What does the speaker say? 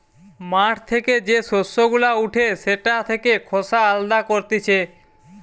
মাঠ থেকে যে শস্য গুলা উঠে সেটা থেকে খোসা আলদা করতিছে